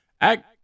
Act